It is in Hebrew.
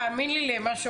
תאמין למה,